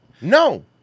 No